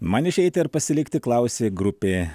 man išeiti ar pasilikti klausė grupė